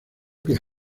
que